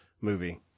movie